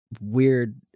weird